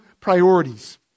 priorities